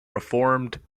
reformed